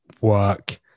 work